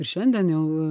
ir šiandien jau